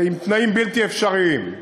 עם תנאים בלתי אפשריים.